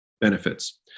benefits